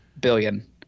billion